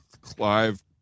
Clive